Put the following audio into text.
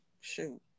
Shoot